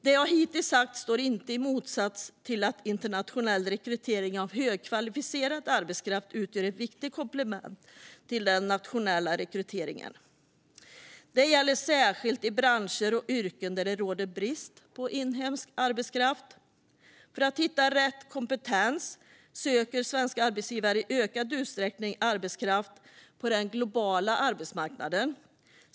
Det jag hittills har sagt står inte i motsats till att internationell rekrytering av högkvalificerad arbetskraft utgör ett viktigt komplement till den nationella rekryteringen. Det gäller särskilt i branscher och yrken där det råder brist på inhemsk arbetskraft. För att hitta rätt kompetens söker svenska arbetsgivare i ökad utsträckning arbetskraft på den globala arbetsmarknaden.